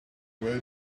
where